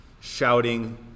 shouting